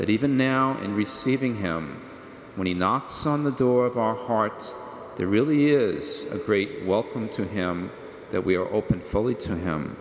that even now in receiving him when he knocks on the door of our hearts there really is a great welcome to him that we are open fully to him